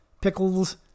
pickles